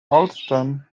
allston